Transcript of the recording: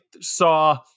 saw